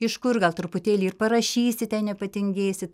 iš kur gal truputėlį ir parašysite nepatingėsit